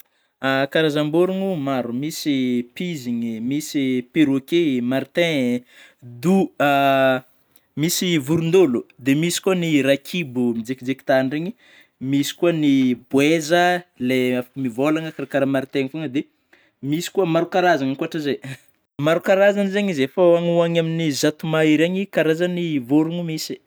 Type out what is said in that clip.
Karazam-bôrono maro misy pizigny, misy ny perroquet ,martin, do misy vorondolo, dia misy koa ny rakibo mijaikijaiky tahandregny, misy koa ny boeza le afaka mivolagna karakara martin fôgna de misy koa maro karazana ankoatry zay. Maro karazana zany izy e; efa any ho any amin'ny zato mahery any karazany vôroGno misy.